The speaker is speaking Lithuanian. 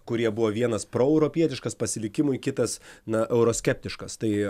kurie buvo vienas proeuropietiškas pasilikimui kitas na euroskeptiškas tai